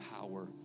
power